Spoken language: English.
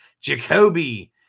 jacoby